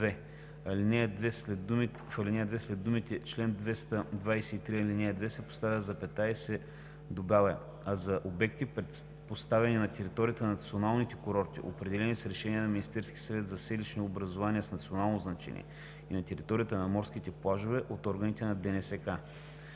В ал. 2 след думите „чл. 223, ал. 2“ се поставя запетая и се добавя „а за обекти, поставени на територията на националните курорти, определени с решение на Министерския съвет за селищни образувания с национално значение, и на територията на морските плажове – от органите на ДНСК“.